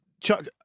Chuck